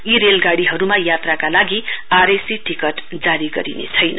यी रेलगाड़ीहरुमा यात्राका लागि आर ए सी टिक्ट जारी गरिने छैन